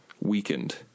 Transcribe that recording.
weakened